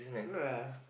no lah